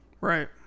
Right